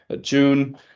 June